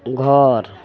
घर